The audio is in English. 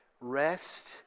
Rest